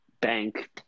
Bank